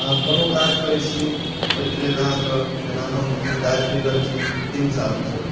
अहाँ कोनो काज करै छी ओहिके लेल अहाँकेँ जेना हम एखन काज करि रहल छी तीन सालसँ